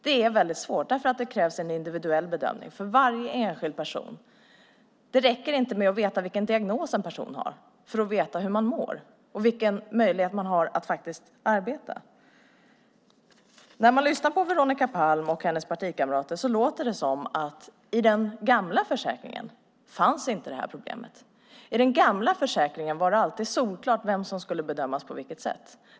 Det är väldigt svårt, för det krävs en individuell bedömning för varje enskild person. Det räcker inte med att veta vilken diagnos en person har för att veta hur den personen mår och vilken möjlighet personen har att faktiskt arbeta. När man lyssnar på Veronica Palm och hennes partikamrater låter det som om detta problem inte fanns i den gamla försäkringen. I den gamla försäkringen var det alltid solklart vem som skulle bedömas på vilket sätt.